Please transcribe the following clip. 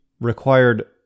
required